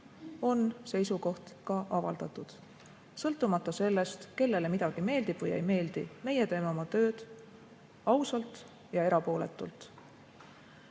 on seisukoht ka avaldatud. Sõltumata sellest, kellele midagi meeldib või ei meeldi, meie teeme oma tööd ausalt ja erapooletult.